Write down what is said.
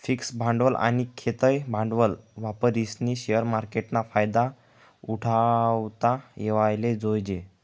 fix भांडवल आनी खेयतं भांडवल वापरीस्नी शेअर मार्केटना फायदा उठाडता येवाले जोयजे